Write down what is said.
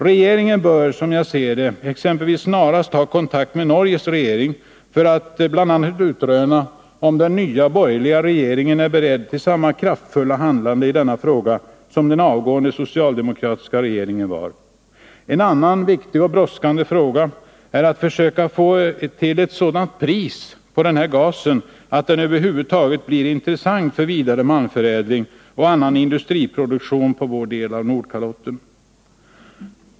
Regeringen bör, som jag ser det, exempelvis snarast ta kontakt med Norges regering för att bl.a. utröna om den nya borgerliga regeringen där är beredd till samma kraftfulla handlande i denna fråga som den avgångna socialdemokratiska regeringen var. En annan viktig och brådskande fråga är att försöka få ett sådant pris på gasen att den över huvud taget blir intressant för vidare malmförädling och annan industriproduktion på vår del av Nordkalotten.